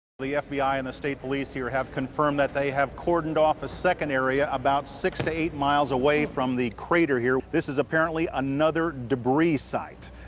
the fbi and the state police here have confirmed that they have cordoned off second area about six eight miles away from the crater here. this is apparently another debris site.